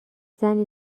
زنی